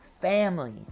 family